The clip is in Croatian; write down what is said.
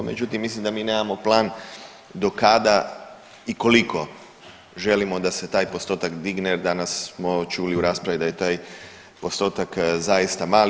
Međutim, mislim da mi nemamo plan do kada i koliko želimo da se taj postotak digne jer danas smo čuli u raspravi da je taj postotak zaista mali.